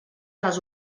les